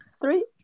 Three